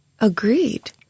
agreed